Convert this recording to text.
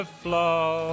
flow